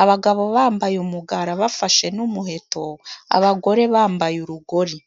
abagabo bambaye umugara bafashe n'umuheto, abagore bambaye urugori.